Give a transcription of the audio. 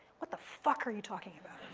what the fuck are you talking about,